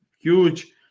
huge